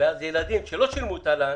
ואז ילדים שלא שילמו תל"ן,